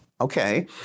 Okay